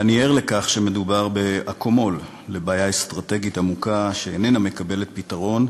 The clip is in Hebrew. ואני ער לכך שמדובר באקמול לבעיה אסטרטגית עמוקה שאיננה מקבלת פתרון,